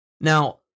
Now